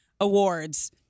awards